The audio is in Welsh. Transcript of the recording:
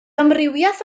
amrywiaeth